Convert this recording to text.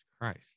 christ